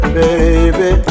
baby